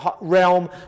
realm